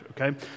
okay